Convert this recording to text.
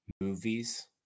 movies